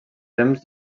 temps